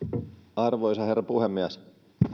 arvoisa herra puhemies